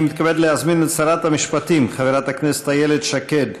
אני מתכבד להזמין את שרת המשפטים חברת הכנסת איילת שקד